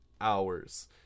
hours